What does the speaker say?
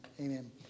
Amen